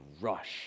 rush